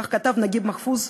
כך כתב נג'יב מחפוז,